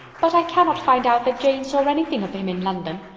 but i cannot find out that jane saw anything of him in london.